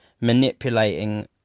manipulating